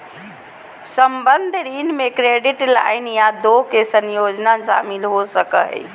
संबंद्ध ऋण में क्रेडिट लाइन या दो के संयोजन शामिल हो सको हइ